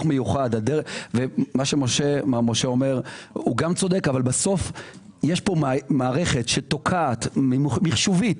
משה גם צודק אבל בסוף יש פה מערכת שתוקעת מחשובית